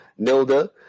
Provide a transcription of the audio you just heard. Nilda